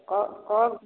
और और